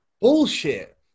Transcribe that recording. bullshit